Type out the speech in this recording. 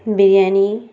biryani